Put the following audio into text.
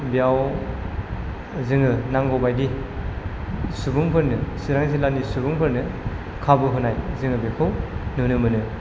बेयाव जोङो नांगौ बायदि सुबुंफोरनो चिरां जिल्लानि सुबुंफोरनो खाबु होनाय जोङो बेखौ नुनो मोनो